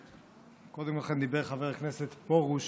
קודם לכן דיבר חבר הכנסת פרוש